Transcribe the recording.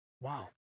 Wow